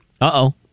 Uh-oh